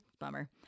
Bummer